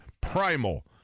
primal